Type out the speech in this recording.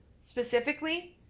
specifically